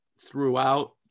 throughout